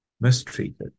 mistreated